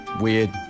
Weird